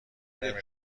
نمی